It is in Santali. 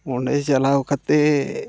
ᱚᱸᱰᱮ ᱪᱟᱞᱟᱣ ᱠᱟᱛᱮᱫ